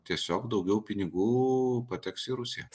tiesiog daugiau pinigų pateks į rusiją